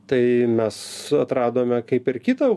tai mes atradome kaip ir kito